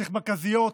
צריך מרכזיות.